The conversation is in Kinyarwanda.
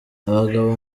abagabo